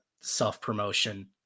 self-promotion